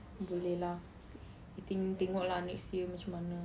boleh lah I think tengok lah next year macam mana